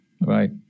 right